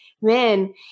man